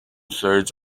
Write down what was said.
thirds